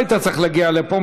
לא היית צריך להגיע לפה,